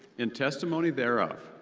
in testimony thereof,